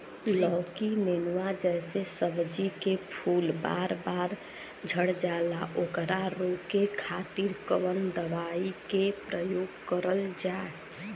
लौकी नेनुआ जैसे सब्जी के फूल बार बार झड़जाला ओकरा रोके खातीर कवन दवाई के प्रयोग करल जा?